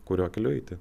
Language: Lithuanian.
kuriuo keliu eiti